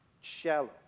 Shallow